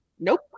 Nope